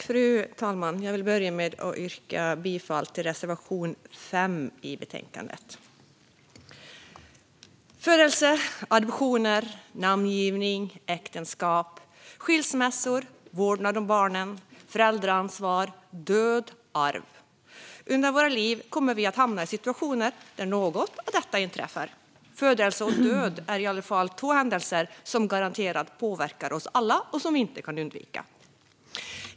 Fru talman! Jag vill börja med att yrka bifall till reservation 4 i betänkandet. Födelse, adoptioner, namngivning, äktenskap, skilsmässor, vårdnad om barnen, föräldraansvar, död och arv - under våra liv kommer vi att hamna i situationer där något av detta inträffar. Födelse och död är i alla fall två händelser som garanterat påverkar oss alla och som vi inte kan undvika.